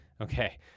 Okay